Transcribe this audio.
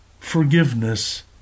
forgiveness